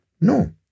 No